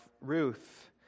Ruth